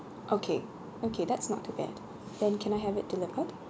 okay okay that's not too bad then can I have it delivered